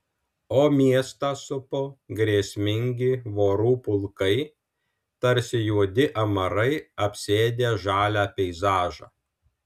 o miestą supo grėsmingi vorų pulkai tarsi juodi amarai apsėdę žalią peizažą